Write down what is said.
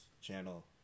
channel